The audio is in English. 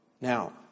Now